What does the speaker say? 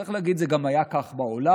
צריך להגיד, זה גם היה כך בעולם,